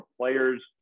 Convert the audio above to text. players